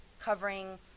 covering